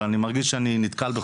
אבל אני מרגיש שאני נתקל,